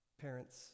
Parents